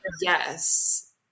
Yes